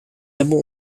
hebben